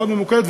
מאוד ממוקדת,